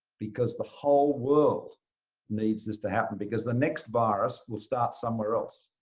because the whole world needs this to happen because the next virus will start somewhere else.